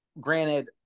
granted